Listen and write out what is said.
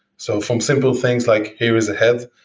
so from simple things like here is a head,